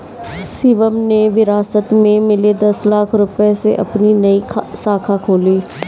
शिवम ने विरासत में मिले दस लाख रूपए से अपनी एक नई शाखा खोली